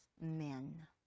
men